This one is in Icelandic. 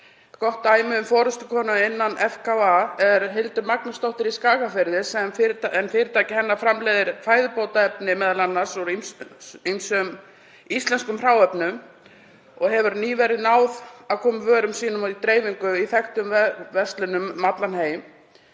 Gott dæmi um forystukonu innan FKA er Hildur Magnúsdóttur í Skagafirði en fyrirtæki hennar framleiðir fæðubótaefni, m.a. úr ýmsum íslenskum hráefnum, og hefur nýverið náð að koma vörum sínum í dreifingu í þekktum verslunum um allan heim.